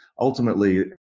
Ultimately